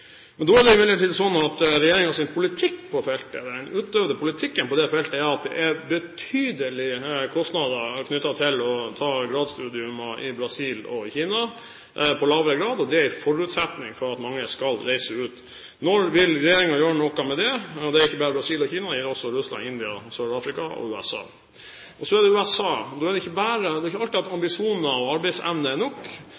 Da er det imidlertid sånn at regjeringens politikk på feltet, den utøvende politikken på feltet, er at det er betydelige kostnader knyttet til å ta gradsstudium i Brasil og i Kina på lavere grad, noe som er en forutsetning for at mange skal reise ut. Når vil regjeringen gjøre noe med det? Det er ikke bare Brasil og Kina, det gjelder også Russland, India, Sør-Afrika og USA. Så er det USA. Det er ikke alltid at ambisjoner og arbeidsevne er